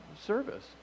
service